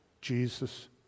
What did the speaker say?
Jesus